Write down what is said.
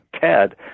Ted